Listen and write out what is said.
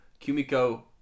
kumiko